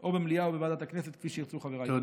או במליאה או בוועדה של הכנסת, כפי שירצו חבריי.